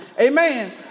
amen